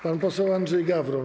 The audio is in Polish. Pan poseł Andrzej Gawron.